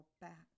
back